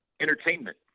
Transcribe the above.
entertainment